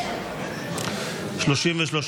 בבקשה.